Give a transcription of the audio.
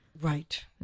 Right